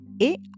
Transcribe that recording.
et